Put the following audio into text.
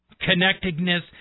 connectedness